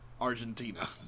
Argentina